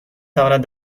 تواند